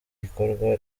gikorwa